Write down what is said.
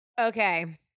Okay